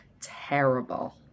terrible